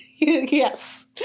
yes